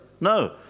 No